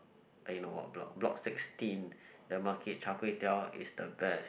you know what block block sixteen the market char kway teow is the best